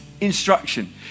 instruction